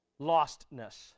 Lostness